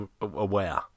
Aware